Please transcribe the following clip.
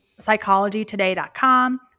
psychologytoday.com